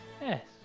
Yes